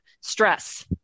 stress